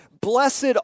blessed